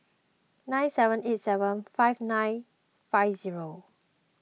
nine seven eight seven five nine five zero